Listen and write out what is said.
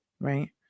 right